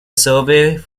survey